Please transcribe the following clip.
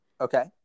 Okay